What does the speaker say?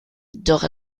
doch